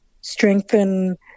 strengthen